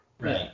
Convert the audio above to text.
Right